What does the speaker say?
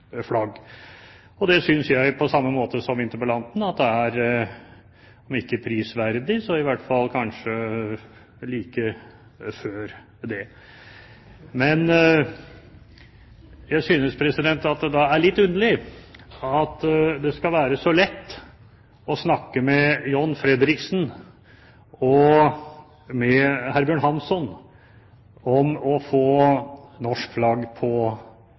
Det synes jeg, på samme måte som interpellanten, er om ikke prisverdig, så i hvert fall nesten det. Da synes jeg det er litt underlig at det skal være så lett å snakke med John Fredriksen og Herbjørn Hansson om å få norsk flagg på